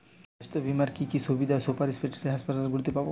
স্বাস্থ্য বীমার কি কি সুবিধে সুপার স্পেশালিটি হাসপাতালগুলিতে পাব?